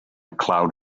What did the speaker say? cloud